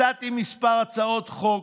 הצעתי כמה הצעות חוק,